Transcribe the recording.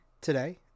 today